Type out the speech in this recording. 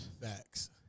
Facts